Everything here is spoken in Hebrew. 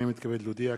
הנני מתכבד להודיע,